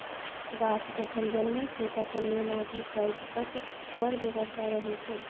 गाछ जखन जनमय छै तखन नेमाटीसाइड्सक बड़ बेगरता रहय छै